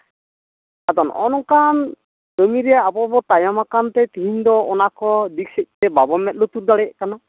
ᱟᱫᱚ ᱱᱚᱜᱼᱚ ᱱᱚᱝᱠᱟᱱ ᱠᱟᱹᱢᱤ ᱨᱮ ᱟᱵᱚ ᱵᱚᱱ ᱛᱟᱭᱚᱢᱟᱠᱟᱱ ᱛᱮ ᱛᱤᱦᱤᱧ ᱫᱚ ᱚᱱᱟ ᱠᱚ ᱫᱤᱠ ᱥᱮᱡᱛᱮ ᱵᱟᱵᱚᱱ ᱢᱮᱸᱫ ᱞᱩᱛᱩᱨ ᱫᱟᱲᱮᱭᱟᱜ ᱠᱟᱱᱟ